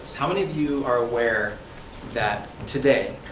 how many of you are aware that today,